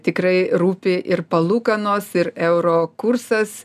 tikrai rūpi ir palūkanos ir euro kursas